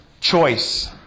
choice